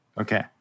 Okay